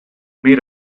made